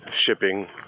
shipping